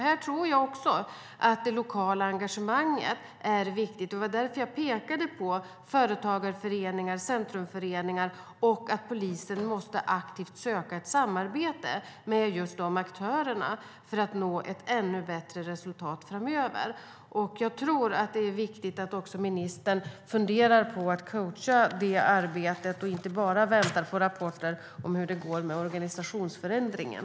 Här tror jag också att det lokala engagemanget är viktigt. Det var därför jag pekade på företagarföreningar och centrumföreningar och att polisen aktivt måste söka ett samarbete med dessa aktörer för att nå ett ännu bättre resultat framöver. Jag tror att det är viktigt att ministern funderar på att coacha detta arbete och inte bara väntar på rapporter om hur det går med organisationsförändringen.